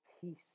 peace